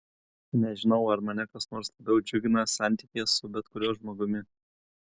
nežinau ar mane kas nors labiau džiugina santykyje su bet kuriuo žmogumi